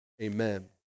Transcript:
Amen